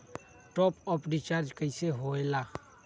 Top up recharge कइसे होएला?